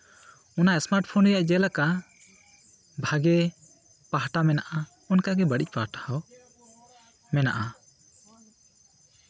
ᱚᱱᱟ smart phone ᱨᱮᱭᱟᱜ ᱡᱮᱞᱮᱠᱟ ᱵᱷᱟᱜᱮ ᱯᱟᱦᱴᱟ ᱢᱮᱱᱟᱜᱼᱟ ᱚᱱᱠᱟᱜᱮ ᱵᱟᱹᱲᱤᱡ ᱯᱟᱦᱴᱟ ᱦᱚᱸ ᱢᱮᱱᱟᱜᱼᱟ